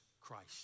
christ